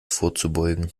vorzubeugen